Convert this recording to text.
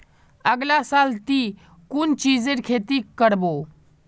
अगला साल ती कुन चीजेर खेती कर्बो